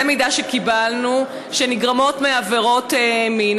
זה מידע שקיבלנו שנגרמת מעבירות מין.